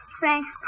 Thanks